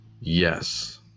yes